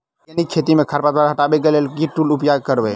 Organic खेती मे खरपतवार हटाबै लेल केँ टूल उपयोग करबै?